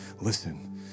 listen